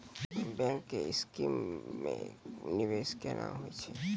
Bank के scheme मे निवेश केना होय छै?